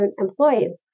employees